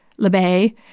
LeBay